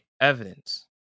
evidence